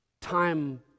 time